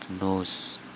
knows